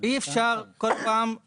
בסופו של דבר, אנחנו,